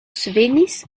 svenis